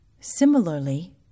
Similarly